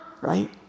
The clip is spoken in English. right